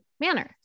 manner